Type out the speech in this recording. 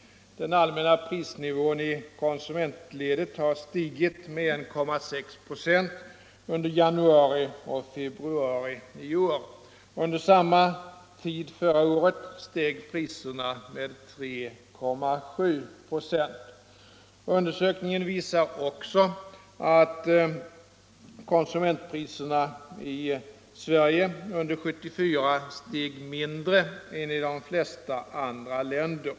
Den allmänna prisnivån i konsumentledet har stigit med 1,6 96 under januari och februari i år. Under samma tid förra året steg priserna med 3,7 8. Undersökningen visar också att konsumentpriserna i Sverige under 1974 steg mindre än i de flesta andra länder.